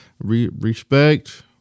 Respect